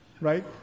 Right